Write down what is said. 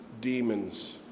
demons